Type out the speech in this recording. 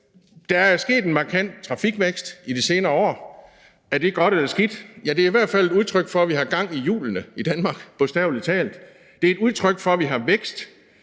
Der er sket en markant trafikvækst i de senere år. Er det godt eller skidt? Det er i hvert fald et udtryk for, at vi har gang i hjulene i Danmark – bogstavelig talt. Det er et udtryk for, at vi har vækst,